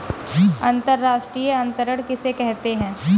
अंतर्राष्ट्रीय अंतरण किसे कहते हैं?